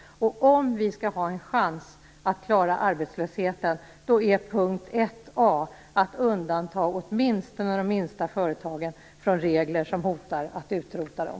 Om vi skall ha en chans att klara arbetslösheten är punkt 1 A att undanta åtminstone de minsta företagen från regler som hotar att utrota dem.